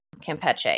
Campeche